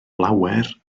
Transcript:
lawer